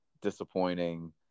disappointing